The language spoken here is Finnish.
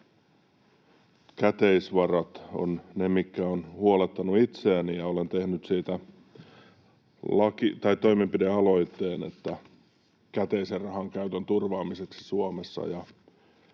Käteisvarat ovat ne, mitkä ovat huolettaneet itseäni, ja olen tehnyt toimenpidealoitteen käteisen rahan käytön turvaamiseksi Suomessa.